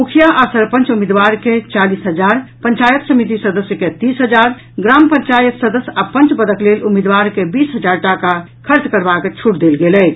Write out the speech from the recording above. मुखिया आ सरपंच उम्मीदवर के चालीस हजार पंचायत समिति सदस्य के तीस हजार ग्राम पंचायत सदस्य आ पंच पदक लेल उम्मीदवार के बीस हजार टाका खर्च करबाक छूट देल गेल अछि